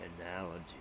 analogy